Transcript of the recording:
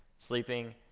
sleeping,